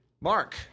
Mark